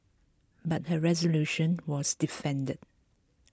but her resolution was defeated